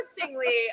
Interestingly